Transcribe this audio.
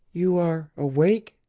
you are awake?